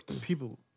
people